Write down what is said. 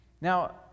Now